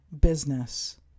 business